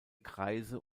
kreise